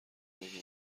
بگین